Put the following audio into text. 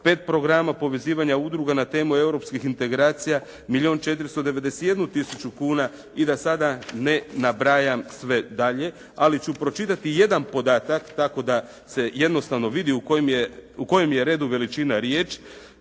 Pet programa povezivanja udruga na temu europskih integracija milijun i 491 tisuću kuna i da sada ne nabrajam sve dalje, ali ću pročitati jedan podatak tako da se jednostavno vidi u kojem je redu veličina riječ.